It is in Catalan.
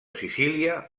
sicília